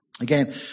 Again